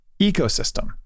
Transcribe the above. ecosystem